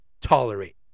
tolerate